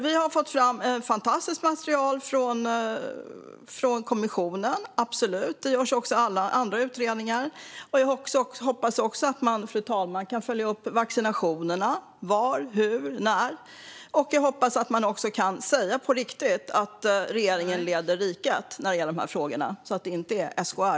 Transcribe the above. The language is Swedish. Vi har fått fram ett fantastiskt material från kommissionen, och det görs andra utredningar. Jag hoppas att man också följer upp vaccineringen när det gäller hur, var och när. Jag hoppas att man också på riktigt kan säga att regeringen leder riket i dessa frågor, inte SKR.